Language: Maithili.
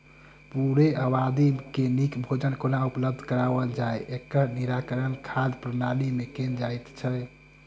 पूरे आबादी के नीक भोजन कोना उपलब्ध कराओल जाय, एकर निराकरण खाद्य प्रणाली मे कयल जाइत छै